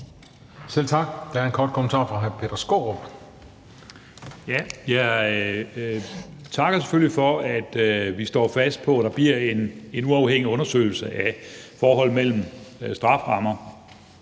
Selv tak. Der er en kort bemærkning fra hr. Peter Skaarup. Kl. 18:13 Peter Skaarup (DF): Jeg takker selvfølgelig for, at vi står fast på, at der bliver en uafhængig undersøgelse af forholdet mellem strafferammerne